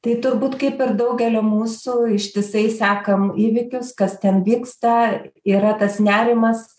tai turbūt kaip ir daugelio mūsų ištisai sekam įvykius kas ten vyksta yra tas nerimas